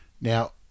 Now